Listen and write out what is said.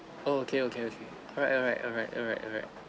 oh okay okay okay alright alright alright alright alright